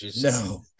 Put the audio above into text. No